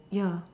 ya